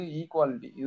equality